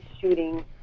shooting